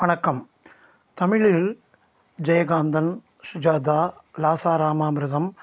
வணக்கம் தமிழில் ஜெயகாந்தன் சுஜாதா லா ச இராமாமிருதம்